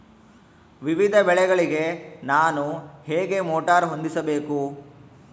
ವಿವಿಧ ಬೆಳೆಗಳಿಗೆ ನಾನು ಹೇಗೆ ಮೋಟಾರ್ ಹೊಂದಿಸಬೇಕು?